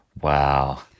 Wow